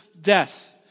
death